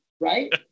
Right